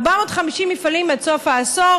450 מפעלים עד סוף העשור,